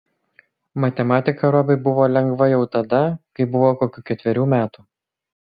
matematika robiui buvo lengva jau tada kai buvo kokių ketverių metų